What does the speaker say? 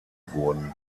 wurden